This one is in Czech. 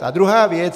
A druhá věc.